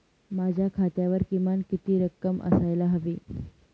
माझ्या खात्यावर किमान किती रक्कम असायला हवी?